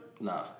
Nah